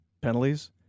Penalties